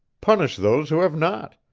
punish those who have not!